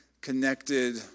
connected